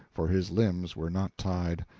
for his limbs were not tied.